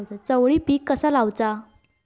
चवळी पीक कसा लावचा?